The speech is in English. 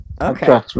Okay